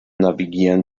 navigieren